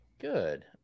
good